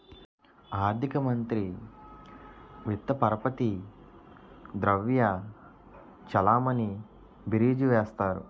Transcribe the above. ఆర్థిక మంత్రి విత్త పరపతి ద్రవ్య చలామణి బీరీజు వేస్తారు